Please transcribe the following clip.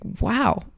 wow